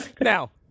Now